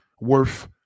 worth